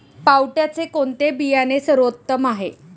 पावट्याचे कोणते बियाणे सर्वोत्तम आहे?